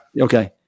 Okay